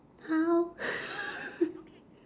how